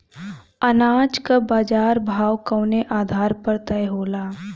अनाज क बाजार भाव कवने आधार पर तय होला?